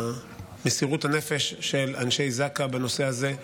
מסירות הנפש של אנשי זק"א בנושא הזה,